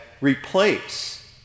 replace